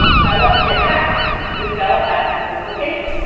and i want to get back this cell at this location.